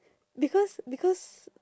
because because